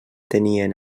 teníem